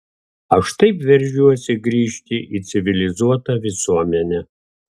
aš taip veržiuosi grįžti į civilizuotą visuomenę